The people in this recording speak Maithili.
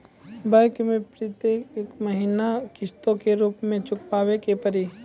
बैंक मैं प्रेतियेक महीना किस्तो के रूप मे चुकाबै के पड़ी?